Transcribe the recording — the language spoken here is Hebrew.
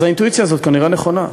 אז האינטואיציה הזאת כנראה נכונה.